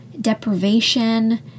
deprivation